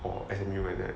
or S_M_U like that